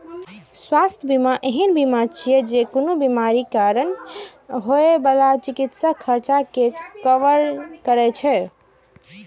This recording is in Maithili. स्वास्थ्य बीमा एहन बीमा छियै, जे कोनो बीमारीक कारण होइ बला चिकित्सा खर्च कें कवर करै छै